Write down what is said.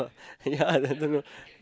ya